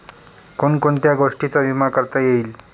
कोण कोणत्या गोष्टींचा विमा करता येईल?